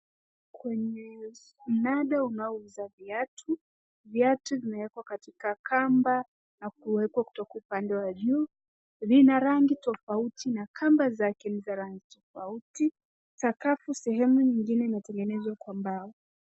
Kwenye mnada unaouza viatu, viatu vimewekwa katika kamba na kuwekwa kutoka upande wa juu. Vina rangi tofauti na kamba zake ni za rangi tofauti. Sakafu sehemu nyingine imetengenezwa kwa mbao.